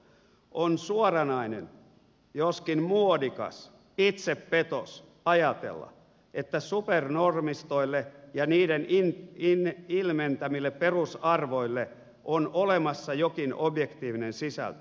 on suoranainen joskin muodikas itsepetos ajatella että supernormistoille ja niiden ilmentämille perusarvoille on olemassa jokin objektiivinen sisältö